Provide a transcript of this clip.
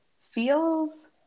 feels